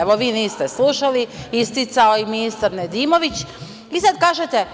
Evo, vi niste slušali, isticao je i ministar Nedimović i sada kažete –